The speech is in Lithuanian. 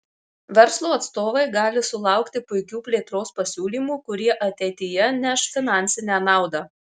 verslo atstovai gali sulaukti puikių plėtros pasiūlymų kurie ateityje neš finansinę naudą